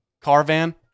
caravan